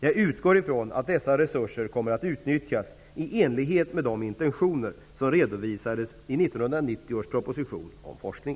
Jag utgår från att dessa resurser kommer att utnyttjas i enlighet med de intentioner som redovisades i 1990 års proposition om forskning.